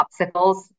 popsicles